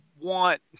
want